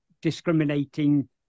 discriminating